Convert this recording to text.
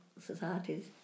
societies